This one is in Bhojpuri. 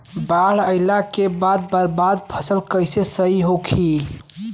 बाढ़ आइला के बाद बर्बाद फसल कैसे सही होयी?